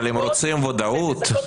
אבל הם רוצים ודאות.